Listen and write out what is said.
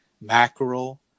mackerel